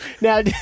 now